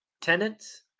tenants